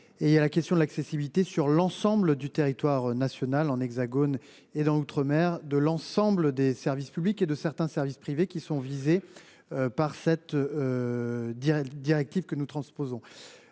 Et il y a la question de l'accessibilité sur l'ensemble du territoire national en Hexagone et dans l'Outre-mer de l'ensemble des services publics et de certains services privés qui sont visés. Par cette. Direct directive que nous transposons.